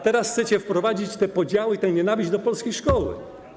Teraz chcecie wprowadzić te podziały i tę nienawiść do polskiej szkoły.